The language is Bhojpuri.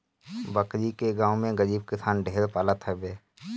बकरी के गांव में गरीब किसान ढेर पालत हवे